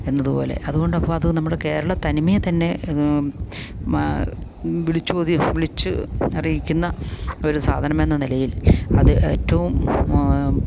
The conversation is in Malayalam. എന്നത് പോലെ അതുകൊണ്ട് അപ്പം അത് നമ്മൾ കേരള തനിമയെ തന്നെ മാ വിളിച്ചൂതി വിളിച്ച് അറിയിക്കുന്ന ഒരു സാധനമെന്ന നിലയിൽ അത് ഏറ്റവും